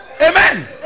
Amen